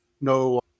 no